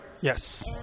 Yes